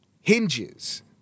hinges